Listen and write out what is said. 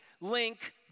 link